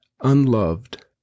unloved